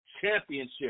Championship